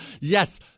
Yes